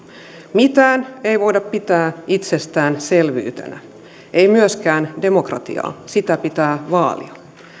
mitään ei voida pitää itsestäänselvyytenä ei myöskään demokratiaa sitä pitää vaalia